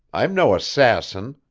i'm no assassin!